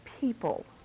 people